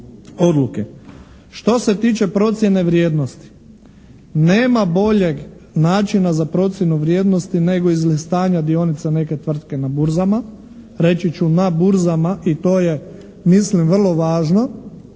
odluke. Što se tiče procjene vrijednosti, nema boljeg načina za procjenu vrijednosti nego izlistanja dionica neke tvrtke na burzama. Reći ću na burzama i to je, mislim, vrlo važno.